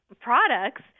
products